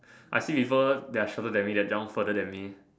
I see people they're shorter than me they jump further than me